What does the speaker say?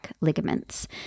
ligaments